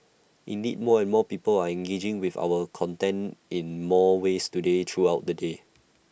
indeed more and more people are engaging with our content in more ways today throughout the day